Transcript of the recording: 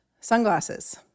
sunglasses